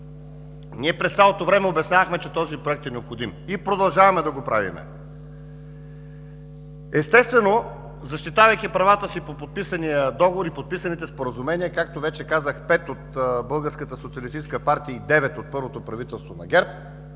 През цялото време ние обяснявахме, че този проект е необходим и продължаваме да го правим! Естествено, защитавайки правата си по подписания договор и подписаните споразумения, както вече казах, пет от Българската социалистическа партия